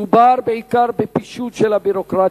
מדובר בעיקר בפישוט של הביורוקרטיה,